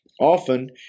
Often